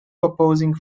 opposing